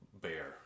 bear